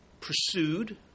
pursued